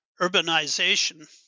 urbanization